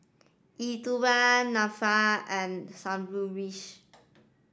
Elattuvalapil Nadesan and Sundaresh